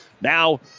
now